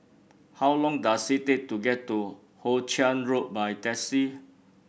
how long does it take to get to Hoe Chiang Road by taxi